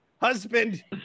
husband